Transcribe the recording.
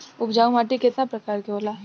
उपजाऊ माटी केतना प्रकार के होला?